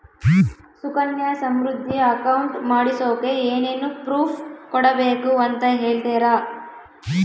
Sukanya Samriddhi account ಮಾಡಿಸೋಕೆ ಏನೇನು proof ಕೊಡಬೇಕು ಅಂತ ಹೇಳ್ತೇರಾ?